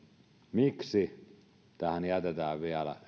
miksi tähän jätetään vielä